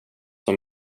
som